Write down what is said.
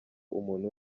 umuntu